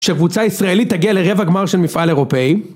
שקבוצה ישראלית תגיע לרבע גמר של מפעל אירופאי